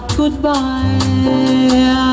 goodbye